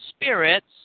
spirits